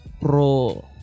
Pro